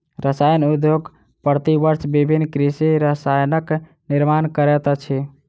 रसायन उद्योग प्रति वर्ष विभिन्न कृषि रसायनक निर्माण करैत अछि